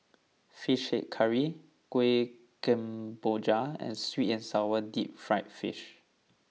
Fish Head Curry Kuih Kemboja and Sweet and Sour Deep Fried Fish